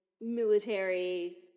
military